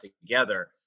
together